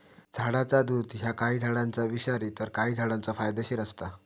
झाडाचा दुध ह्या काही झाडांचा विषारी तर काही झाडांचा फायदेशीर असता